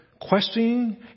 questioning